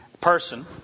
person